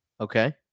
Okay